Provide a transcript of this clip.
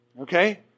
Okay